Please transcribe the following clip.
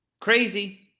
crazy